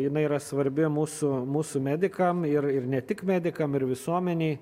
jinai yra svarbi mūsų mūsų medikam ir ir ne tik medikam ir visuomenei